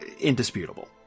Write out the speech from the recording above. indisputable